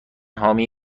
حامی